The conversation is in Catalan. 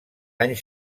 anys